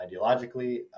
ideologically